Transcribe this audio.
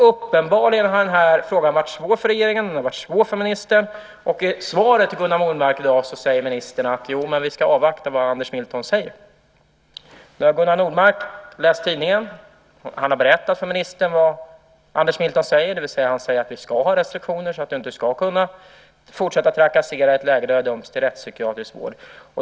Uppenbarligen har den här frågan varit svår för regeringen och för ministern. I svaret till Gunnar Nordmark i dag säger ministern: Jo, men vi ska avvakta vad Anders Milton säger. Nu har Gunnar Nordmark läst tidningen och berättat för ministern vad Anders Milton säger, det vill säga att vi ska ha restriktioner så att man inte ska kunna fortsätta att trakassera i ett läge där man har dömts till rättspsykiatrisk vård.